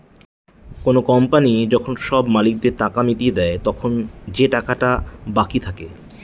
কোনো কোম্পানি যখন সব মালিকদের টাকা মিটিয়ে দেয়, তখন যে টাকাটা বাকি থাকে